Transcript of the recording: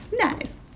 Nice